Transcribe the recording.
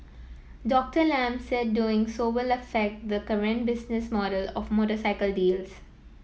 Doctor Lam said doing so will affect the current business model of motorcycle dealers